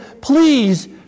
please